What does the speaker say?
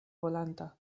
bolanta